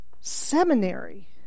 Seminary